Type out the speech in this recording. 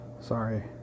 Sorry